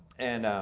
and